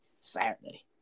Saturday